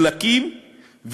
דלקים,